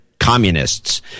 Communists